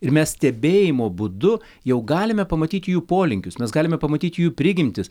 ir mes stebėjimo būdu jau galime pamatyti jų polinkius mes galime pamatyti jų prigimtis